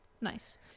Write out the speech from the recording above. nice